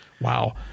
wow